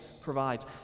provides